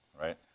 Right